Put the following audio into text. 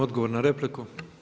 Odgovor na repliku.